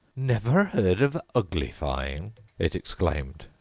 never heard of uglifying it exclaimed.